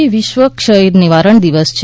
આજે વિશ્વ ક્ષયરોગ નિવારણ દિવસ છે